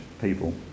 people